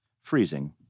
Freezing